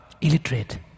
illiterate